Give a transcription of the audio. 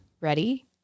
ready